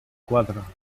cuatro